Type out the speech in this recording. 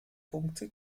punkte